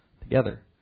together